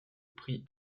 prix